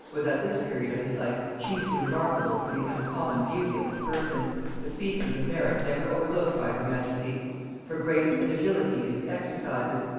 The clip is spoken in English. was at this period of his life chiefly remarkable for the uncommon beauty of his person a species of merit never overlooked by her majesty for grace and agility in his exercises,